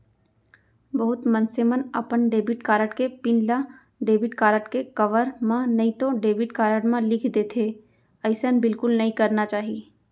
बहुत मनसे मन अपन डेबिट कारड के पिन ल डेबिट कारड के कवर म नइतो डेबिट कारड म लिख देथे, अइसन बिल्कुल नइ करना चाही